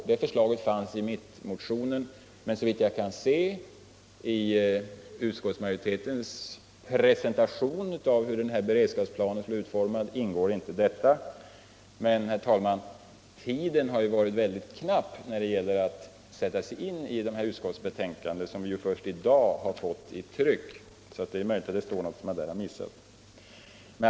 Såvitt jag kan se finns inte den saken med i utskottsmajoritetens presentation av hur denna beredskapsplan skall utformas. Men, herr talman, tiden har varit mycket knapp när det gällt att sätta sig in i detta utskottsbetänkande, som vi först i dag har fått från trycket. Det är därför möjligt att det står någonting i betänkandet som jag har missat.